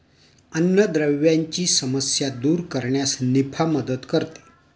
अन्नद्रव्यांची समस्या दूर करण्यास निफा मदत करते